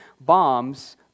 bombs